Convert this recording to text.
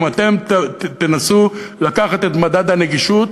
ואם אתם תנסו לקחת את מדד הנגישות,